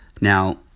Now